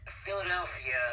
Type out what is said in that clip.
Philadelphia